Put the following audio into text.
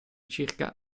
circa